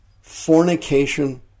fornication